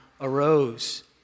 arose